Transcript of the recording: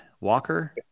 Walker